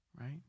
right